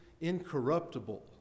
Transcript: incorruptible